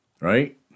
Right